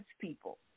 people